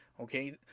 okay